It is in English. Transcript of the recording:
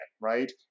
right